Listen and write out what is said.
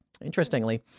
Interestingly